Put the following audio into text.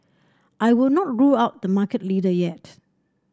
I would not rule out the market leader yet